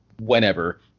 whenever